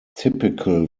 typical